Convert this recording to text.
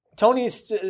Tony's